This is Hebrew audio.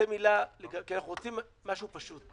כי אנחנו עושים משהו פשוט.